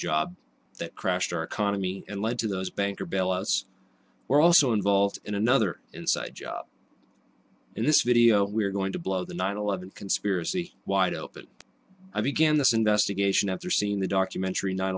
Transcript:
job that crashed our economy and led to those banker bailouts were also involved in another inside job in this video we're going to blow the nine eleven conspiracy wide open i began this investigation after seeing the documentary nine